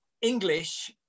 English